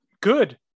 Good